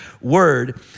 word